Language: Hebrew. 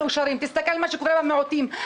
את זה תגיד למיקי